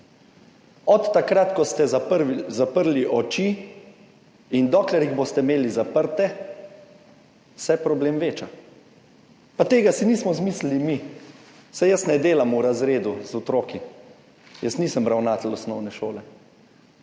Od takrat, ko ste zaprli oči, in dokler boste imeli zaprte, se problem veča. Pa tega si nismo izmislili mi, saj jaz ne delam v razredu z otroki, jaz nisem ravnatelj osnovne šole,